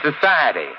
society